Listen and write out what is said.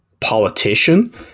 politician